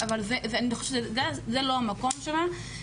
אבל זה לא המקום שלה.